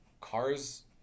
cars